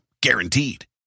Guaranteed